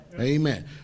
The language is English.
Amen